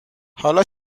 حالا